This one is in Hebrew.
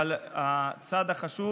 אבל הצד החשוב